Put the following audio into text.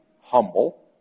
humble